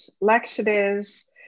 laxatives